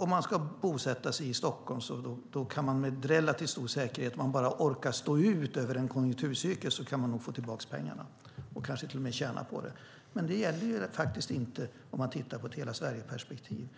Om man ska bosätta sig i Stockholm kan man med relativt stor säkerhet, om man bara orkar stå ut över en konjunkturcykel, få tillbaka pengarna och kanske till och med tjäna något. Men det gäller inte i ett hela-Sverige-perspektiv.